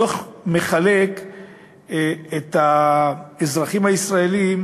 הדוח מחלק את האזרחים הישראלים